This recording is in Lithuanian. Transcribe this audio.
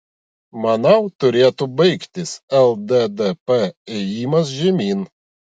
manau turėtų baigtis lddp ėjimas žemyn